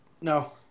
No